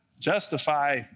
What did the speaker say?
justify